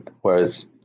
whereas